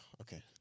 Okay